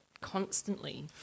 constantly